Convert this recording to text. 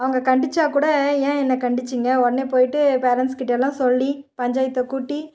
அவங்க கண்டித்தா கூட ஏன் என்ன கண்டித்தீங்க உடனே போய்விட்டு பேரண்ட்ஸ்கிட்டடேயெல்லாம் சொல்லி பஞ்சாயத்தை கூட்டி